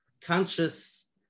conscious